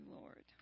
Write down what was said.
Lord